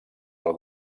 del